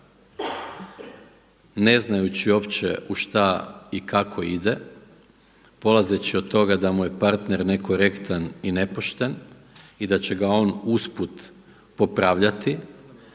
ne znajući uopće u šta i kako ide, polazeći od toga da mu je partner nekorektan i nepošten i da će ga on usput popravljati